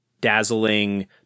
dazzling